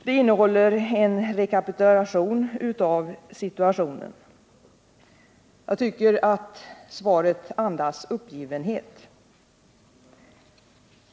Det innehåller en rekapitulation av vad som har hänt och andas uppgivenhet.